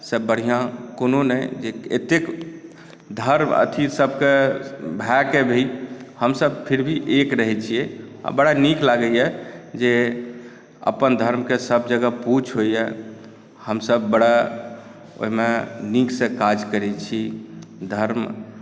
से बढ़िऑं कोनो नहि जे एतेक धर्म अथी सब कऽ भए कऽ भी हमसब फिर भी एक रहै छियै आ बड़ा नीक लागैया जे अपन धर्मके सब जगह पूछ होइए हमसब बड़ा ओहिमे नीक से काज करै छी धर्म